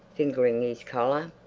fingering his collar.